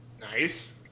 Nice